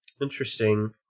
interesting